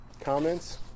comments